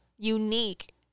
unique